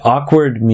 Awkward